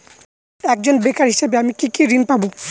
একজন বেকার হিসেবে আমি কি কি ঋণ পাব?